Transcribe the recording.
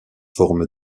forme